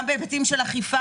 גם בהיבטים של אכיפה,